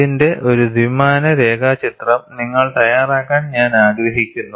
ഇതിന്റെ ഒരു ദ്വിമാന രേഖാചിത്രം നിങ്ങൾ തയ്യാറാക്കാൻ ഞാൻ ആഗ്രഹിക്കുന്നു